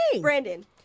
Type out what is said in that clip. Brandon